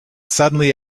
suddenly